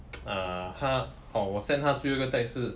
uh 他 orh send 他最后一个 text 是